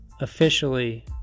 officially